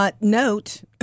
Note